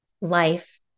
life